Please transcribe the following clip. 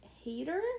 hater